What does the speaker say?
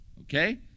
okay